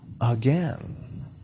again